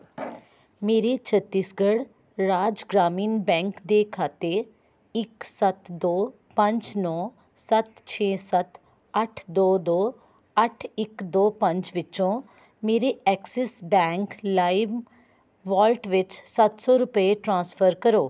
ਮੇਰੇ ਛੱਤੀਸਗੜ੍ਹ ਰਾਜ ਗ੍ਰਾਮੀਣ ਬੈਂਕ ਦੇ ਖਾਤੇ ਇੱਕ ਸੱਤ ਦੋ ਪੰਜ ਨੌ ਸੱਤ ਛੇ ਸੱਤ ਅੱਠ ਦੋ ਦੋ ਅੱਠ ਇੱਕ ਦੋ ਪੰਜ ਵਿੱਚੋਂ ਮੇਰੇ ਐਕਸਿਸ ਬੈਂਕ ਲਾਇਮ ਵਾਲਟ ਵਿੱਚ ਸੱਤ ਸੋ ਰੁਪਏ ਟ੍ਰਾਂਸਫਰ ਕਰੋ